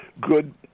good